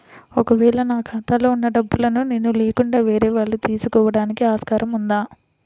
ఒక వేళ నా ఖాతాలో వున్న డబ్బులను నేను లేకుండా వేరే వాళ్ళు తీసుకోవడానికి ఆస్కారం ఉందా?